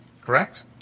correct